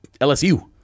LSU